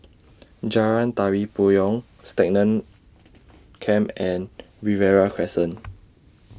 Jalan Tari Payong Stagmont Camp and Riverina Crescent